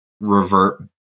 revert